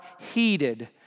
heeded